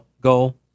goal